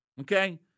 okay